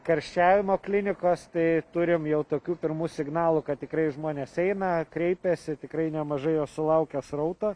karščiavimo klinikos tai turim jau tokių pirmų signalų kad tikrai žmonės eina kreipiasi tikrai nemažai jos sulaukia srauto